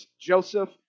Joseph